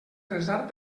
resar